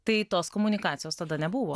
tai tos komunikacijos tada nebuvo